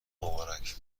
مبارک